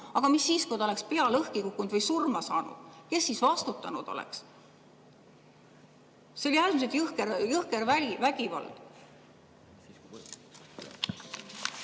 Aga mis siis, kui ta oleks pea lõhki kukkunud või surma saanud? Kes siis vastutanud oleks? See oli äärmiselt jõhker vägivald.